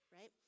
right